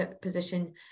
position